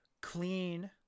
clean